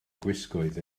gwisgoedd